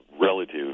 relative